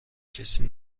کسی